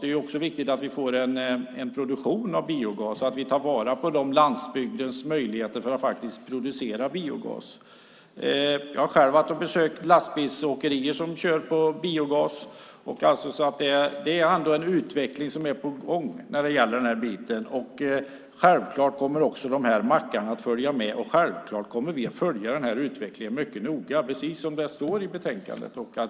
Det är också viktigt att vi får en produktion av biogas och att vi tar vara på landsbygdens möjligheter att faktiskt producera biogas. Jag har själv varit och besökt lastbilsåkerier som kör på biogas, och det är en utveckling som är på gång när det gäller den här biten. Självklart kommer också de här mackarna att följa med, och självklart kommer vi att följa utvecklingen mycket noga precis som det står i betänkandet.